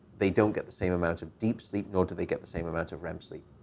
they don't get the same amount of deep sleep nor do they get the same amount of rem sleep.